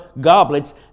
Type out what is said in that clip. goblets